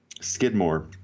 Skidmore